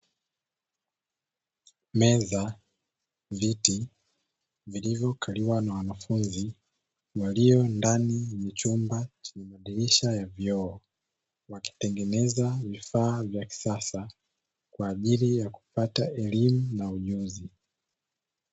Meza, viti vilivyokaliwa na wanafunzi walio ndani ya chumba chenye dirisha la vioo wakitengeneza vifaa vya kisasa kwa ajili ya kupata elimu na ujuzi.